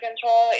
control